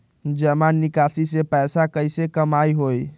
जमा निकासी से पैसा कईसे कमाई होई?